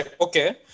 okay